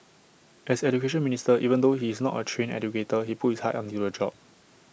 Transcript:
as Education Minister even though he is not A trained educator he put his heart into the job